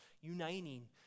uniting